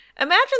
imagine